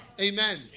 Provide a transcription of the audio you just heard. Amen